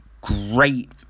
Great